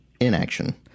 inaction